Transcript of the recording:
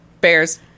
Bears